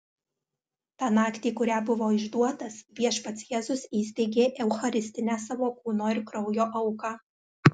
tą naktį kurią buvo išduotas viešpats jėzus įsteigė eucharistinę savo kūno ir kraujo auką